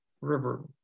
river